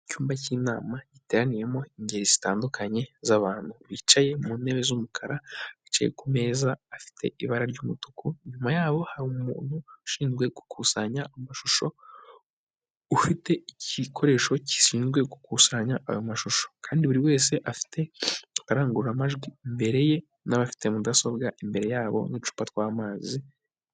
Mu icyumba k'inama giteraniyemo ingeri zitandukanye z'abantu bicaye mu ntebe z'umukara, bicaye ku meza afite ibara ry'umutuku, inyuma yaho hari umuntu ushinzwe gukusanya amashusho ufite igikoresho gishinzwe gukusanya ayo mashusho, kandi buri wese afite akarangururamajwi imbere ye, n'abafite mudasobwa imbere yabo n'ucupa tw'amazi.